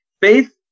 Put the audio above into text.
faith